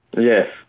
Yes